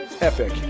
epic